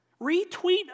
Retweet